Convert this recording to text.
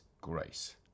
grace